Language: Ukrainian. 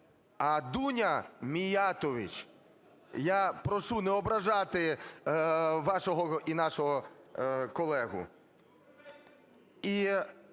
а Дуня Міятович. Я прошу не ображати вашого і нашого колегу.